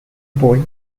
pole